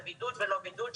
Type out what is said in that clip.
ובידוד ולא בידוד,